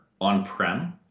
on-prem